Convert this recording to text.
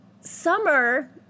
summer